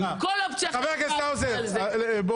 כל אופציה ------ חבר הכנסת האוזר, בואו